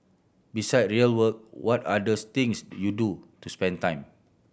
beside real work what are others things you do to spend time